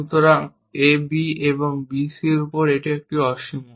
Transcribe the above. সুতরাং AB এবং BC এর উপর এটি একটি অসীম